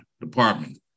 department